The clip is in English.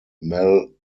mel